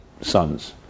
sons